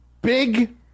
big